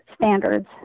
standards